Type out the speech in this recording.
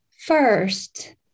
First